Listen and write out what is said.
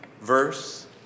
verse